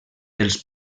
els